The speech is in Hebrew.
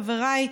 חבריי.